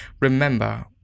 remember